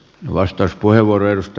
arvoisa puhemies